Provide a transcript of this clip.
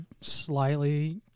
slightly